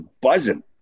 buzzing